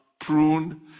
pruned